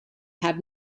have